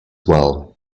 well